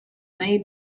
may